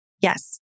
Yes